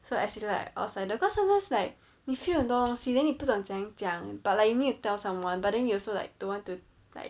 so as in like outsider cause sometimes like you feel 很多东西 then you 不懂怎样讲 but like you need to tell someone but then you also like don't want to like